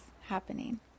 happening